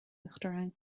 uachtaráin